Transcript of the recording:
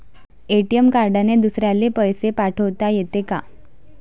ATM कार्डने दुसऱ्याले पैसे पाठोता येते का?